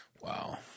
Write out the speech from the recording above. Wow